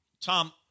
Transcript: Tom